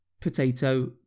potato